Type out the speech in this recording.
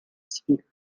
sphere